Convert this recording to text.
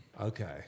Okay